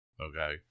Okay